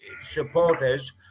Supporters